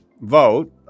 vote